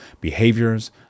behaviors